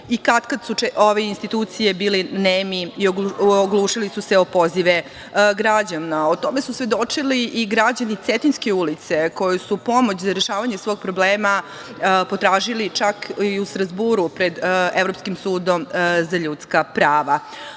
i katkad su ove institucije bile neme i oglušili su se o pozive građana. O tome su svedočili i građani Cetinjske ulice koji su pomoć za rešavanje svog problema potražili čak i u Strazburu pred Evropskim sudom za ljudska